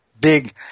big